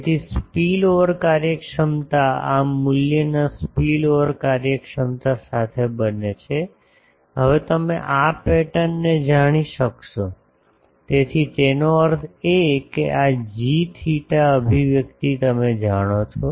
તેથી સ્પિલઓવર કાર્યક્ષમતા આ મૂલ્યના સ્પિલઓવર કાર્યક્ષમતા સાથે બને છે હવે તમે આ પેટર્નને જાણી શકશો તેથી તેનો અર્થ એ કે આ જી થેટા અભિવ્યક્તિ તમે જાણો છો